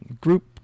group